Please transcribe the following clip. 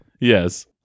Yes